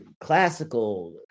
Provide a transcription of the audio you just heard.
classical